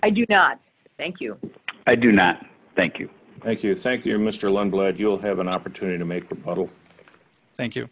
i do not thank you i do not thank you thank you thank you mr lund glad you will have an opportunity to make the puddle thank you